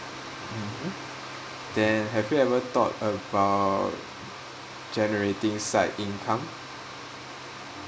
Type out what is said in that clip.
mmhmm then have you ever thought about generating side income